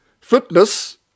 fitness